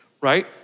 right